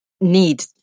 need